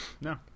No